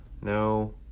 No